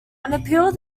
appeal